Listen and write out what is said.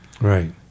Right